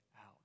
out